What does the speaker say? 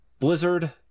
Blizzard